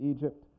Egypt